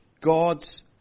God's